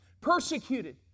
Persecuted